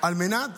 על מנת